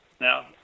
Now